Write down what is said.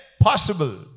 Possible